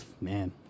Man